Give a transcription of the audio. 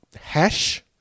hash